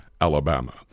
Alabama